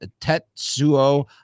Tetsuo